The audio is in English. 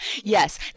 Yes